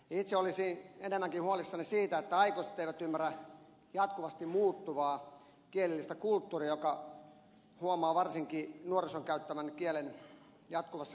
itse olisin enemmänkin huolissani siitä että aikuiset eivät ymmärrä jatkuvasti muuttuvaa kielellistä kulttuuria jonka huomaa varsinkin nuorison käyttämän kielen jatkuvassa kehittymisessä